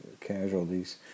casualties